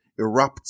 erupts